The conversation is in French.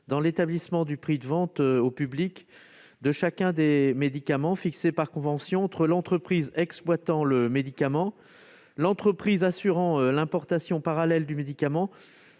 dans l'établissement du prix de vente au public de chacun des médicaments fixé par convention entre l'entreprise exploitant le médicament, l'entreprise assurant l'importation parallèle du médicament